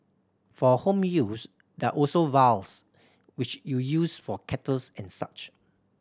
for home use there also vials which you use for kettles and such